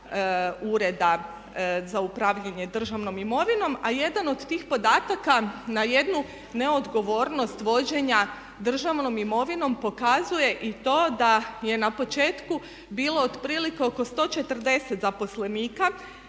Ureda za upravljanje državnom imovinom. A jedan od tih podataka na jednu neodgovornost vođenja državnom imovinom pokazuje i to da je na početku bilo otprilike oko 140 zaposlenika